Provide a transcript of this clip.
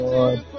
Lord